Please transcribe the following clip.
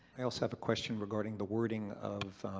i also have a question regarding the wording of